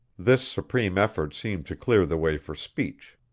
this supreme effort seemed to clear the way for speech.